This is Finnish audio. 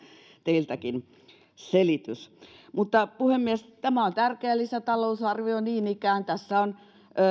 teiltäkin selitys puhemies tämä on tärkeä lisätalousarvio niin ikään tässä on